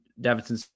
Davidson